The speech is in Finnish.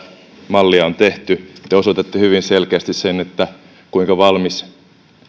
mallia on tehty te osoitatte hyvin selkeästi sen kuinka valmis teidän